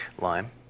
Lime